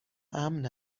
امن